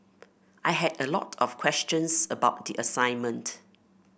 I had a lot of questions about the assignment